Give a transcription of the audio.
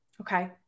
okay